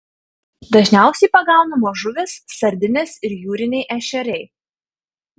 dažniausiai pagaunamos žuvys sardinės ir jūriniai ešeriai